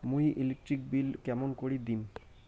মুই electric bill কেমন করি দিম?